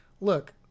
look